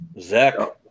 Zach